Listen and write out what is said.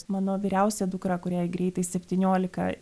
mano vyriausia dukra kuriai greitai septyniolika